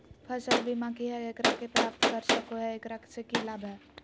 फसल बीमा की है, एकरा के प्राप्त कर सको है, एकरा से की लाभ है?